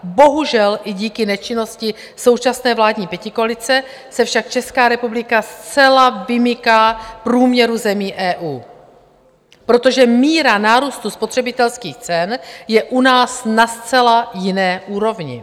Bohužel i díky nečinnosti současné vládní pětikoalice se však Česká republika zcela vymyká průměru zemí EU, protože míra nárůstu spotřebitelských cen je u nás na zcela jiné úrovni.